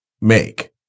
make